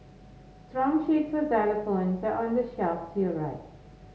strong sheets for xylophones are on the shelf to your right